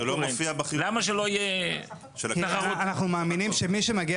למה שלא יהיה --- כי אנחנו מאמינים שמי שמגיע